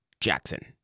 Jackson